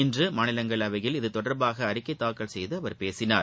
இன்று மாநிலங்களையில் இது தொடர்பாக அறிக்கை தாக்கல் செய்து அவர் பேசினார்